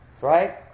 Right